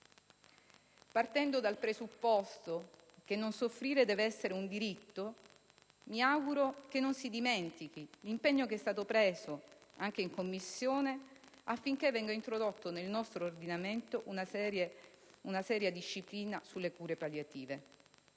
Partendo dal presupposto che non soffrire deve essere un diritto, mi auguro che non si dimentichi l'impegno che è stato preso anche in Commissione, affinché venga introdotta nel nostro ordinamento una seria disciplina sulle cure palliative.